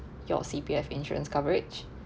your C_P_F insurance coverage